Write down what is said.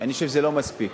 זה לא מספיק.